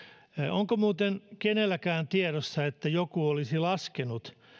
onko muuten kenelläkään tiedossa että joku olisi laskenut